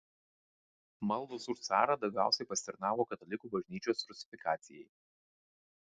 maldos už carą daugiausiai pasitarnavo katalikų bažnyčios rusifikacijai